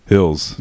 Hills